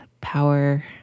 Power